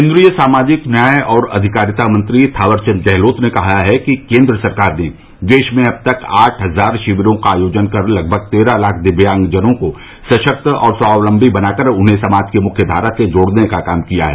केन्द्रीय सामाजिक न्याय और अधिकारिता मंत्री थावर चंद गहलोत ने कहा है कि केन्द्र सरकार ने देश में अब तक आठ हजार शिविरों का आयोजन कर लगभग तेरह लाख दिव्यांगजनों को सशक्त और स्वावलंबी बनाकर उन्हें समाज की मुख्य धारा से जोड़ने का काम किया है